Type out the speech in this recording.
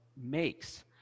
makes